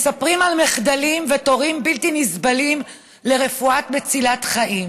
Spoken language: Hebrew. מספרים על מחדלים ותורים בלתי נסבלים לרפואה מצילת חיים.